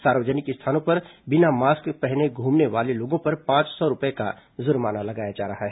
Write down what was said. सार्वजनिक स्थानों पर बिना मास्क पहने घूमने वाले लोगों पर पांच सौ रूपये का जुर्माना लगाया जा रहा है